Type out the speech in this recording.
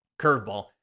curveball